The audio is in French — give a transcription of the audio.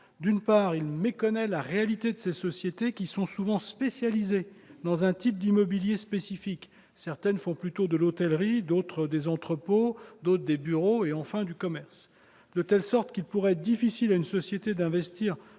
D'une part, il méconnaît la réalité de ces sociétés, qui sont souvent spécialisées dans un type d'immobilier spécifique : certaines font plutôt de l'hôtellerie, d'autres des entrepôts, d'autres encore des bureaux, d'autres enfin du commerce, de telle sorte qu'il pourrait être difficile pour une société, vu